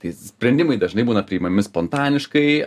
tai sprendimai dažnai būna priimami spontaniškai